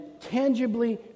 tangibly